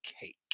cake